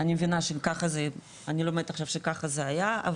אני לומדת עכשיו שככה זה היה.